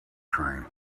train